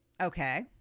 Okay